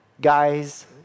guys